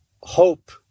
hope